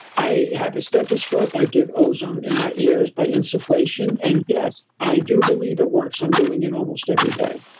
i have a stethoscope, i get ozone in my ears by insufflation. and yes, i do believe it works, i'm doing it almost every day.